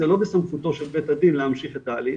זה לא בסמכותו של בית הדין להמשיך את ההליך